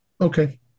Okay